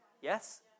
Yes